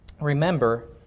Remember